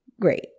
great